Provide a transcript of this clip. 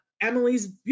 Emily's